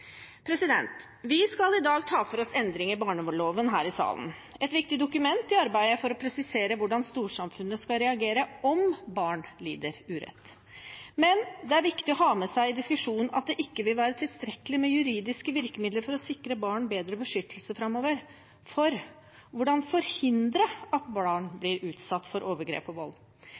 Vi skal i dag ta for oss endring i barneloven her i salen. Det er et viktig dokument i arbeidet med å presisere hvordan storsamfunnet skal reagere om barn lider urett. Men det er viktig å ha med seg i diskusjonen at det ikke vil være tilstrekkelig med juridiske virkemidler for å sikre barn bedre beskyttelse framover, for: Hvordan forhindre at barn blir utsatt for overgrep og vold?